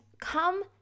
come